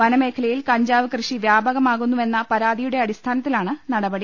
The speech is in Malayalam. വനമേഖലയിൽ കഞ്ചാവ് കൃ ഷി വ്യാപകമാകുന്നുവെന്ന പരാതിയുടെ അടിസ്ഥാനത്തിലാണ് നടപടി